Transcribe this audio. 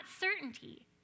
certainty